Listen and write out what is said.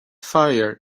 fire